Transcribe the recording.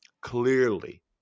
clearly